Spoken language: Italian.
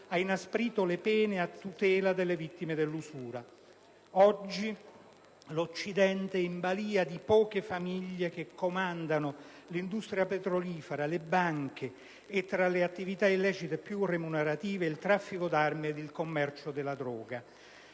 ha inasprito le pene a tutela delle vittime dell'usura. Oggi l'Occidente è in balia di poche famiglie che comandano l'industria petrolifera, le banche e, tra le attività illecite più remunerative, il traffico d'armi e il commercio della droga.